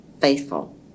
faithful